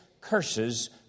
curses